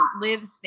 Lives